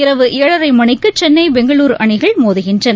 இரவு ஏழரை மணிக்கு சென்னை பெங்களுரு அணிகள் மோதுகின்றன